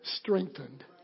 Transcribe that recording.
strengthened